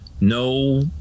no